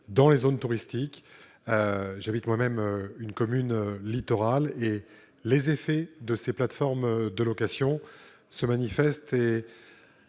dans les zones touristiques. J'habite moi-même une commune littorale où les effets de l'activité de ces plateformes de location se manifestent.